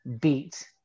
beat